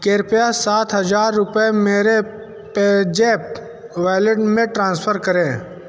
कृपया सात हज़ार रुपये मेरे पेजैप वेलेट में ट्रांसफर करें